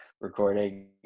recording